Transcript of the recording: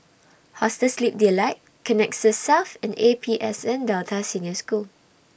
Hostel Sleep Delight Connexis South and A P S N Delta Senior School